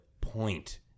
point